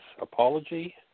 apology